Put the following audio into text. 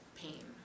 pain